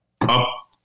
up